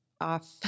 off